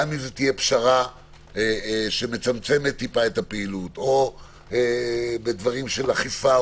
גם אם זו תהיה פשרה שמצמצמת טיפה את הפעילות או בדברים של אכיפה,